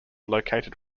located